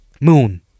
Moon